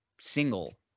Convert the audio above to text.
single